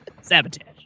Sabotage